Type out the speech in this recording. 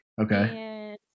Okay